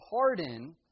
pardon